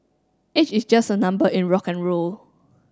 age is just a number in rock N roll